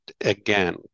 Again